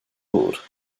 gŵr